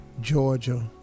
Georgia